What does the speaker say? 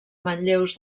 manlleus